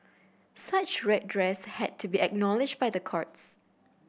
such redress had to be acknowledged by the courts